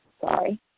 Sorry